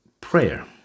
prayer